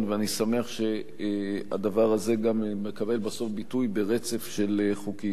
אני שמח שהדבר הזה גם מקבל בסוף ביטוי ברצף של חוקים.